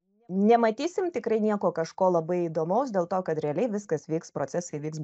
nematysim tikrai nieko kažko labai įdomaus dėl to kad realiai viskas vyks procesai vyks